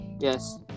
Yes